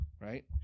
right